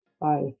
Bye